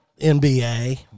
NBA